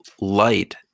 light